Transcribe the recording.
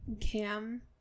Cam